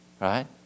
right